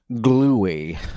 gluey